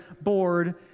bored